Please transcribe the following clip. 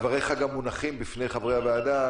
דבריך גם מונחים בפני חברי הוועדה.